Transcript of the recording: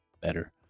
better